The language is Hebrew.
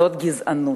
זאת גזענות.